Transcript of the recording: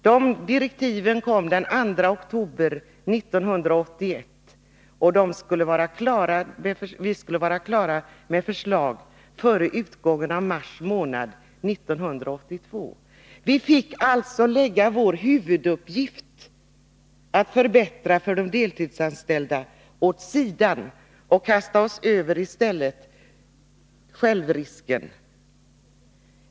Dessa direktiv kom den 2 oktober 1981. Vi skulle vara klara med förslagen före utgången av mars månad 1982. Vi fick alltså lägga vår huvuduppgift, att förbättra för de deltidsanställda, åt sidan och kasta oss över frågan om självrisken.